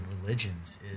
religions